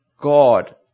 God